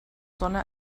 sonne